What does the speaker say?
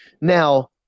Now